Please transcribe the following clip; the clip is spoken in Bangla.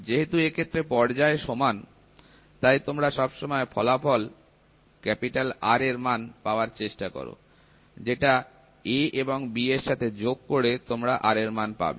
যেহেতু এক্ষেত্রে পর্যায় সমান তাই তোমরা সবসময় ফলাফল R এর মান পাওয়ার চেষ্টা করো যেটা A এবং B সাথে যোগ করে তোমরা R এর মান পাবে